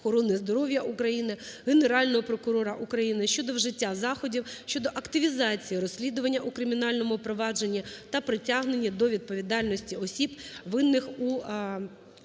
охорони здоров'я України, Генерального прокурора України щодо вжиття заходів щодо активізації розслідування у кримінальному провадженні та притягнення до відповідальності осіб, винних у